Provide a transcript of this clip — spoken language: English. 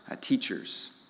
teachers